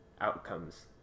outcomes